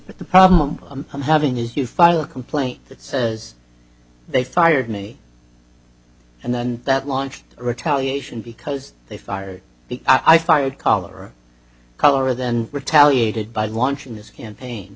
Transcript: well the problem i'm having is you file a complaint that says they fired me and then that launched retaliation because they fired because i fired collar collar then retaliated by launching this campaign